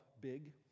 big